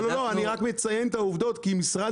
לא לא אני רק מציין את העובדות כי משרד